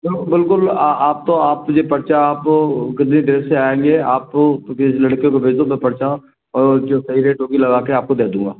हाँ बिल्कुल आपको आपके लिए पर्चा आपको कितनी देर से आएँगे आपको किसी लड़के को भेज दाे मैं पर्चा और जो सही रेट होगी लगा के आपको दे दूँगा